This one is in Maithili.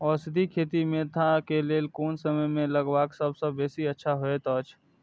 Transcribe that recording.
औषधि खेती मेंथा के लेल कोन समय में लगवाक सबसँ बेसी अच्छा होयत अछि?